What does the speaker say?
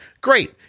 great